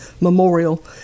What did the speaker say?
memorial